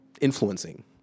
influencing